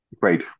great